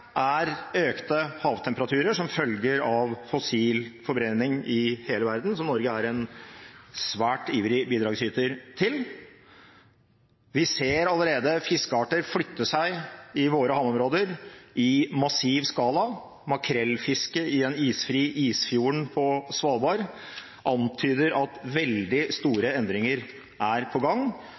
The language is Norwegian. er økte havtemperaturer som følge av fossil forbrenning i hele verden, som Norge er en svært ivrig bidragsyter til. Vi ser allerede fiskearter flytte seg i våre havområder i massiv skala. Makrellfiske i en isfri Isfjorden på Svalbard antyder at veldig store endringer er på gang